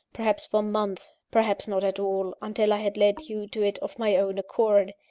perhaps for months, perhaps not at all, until i had led you to it of my own accord.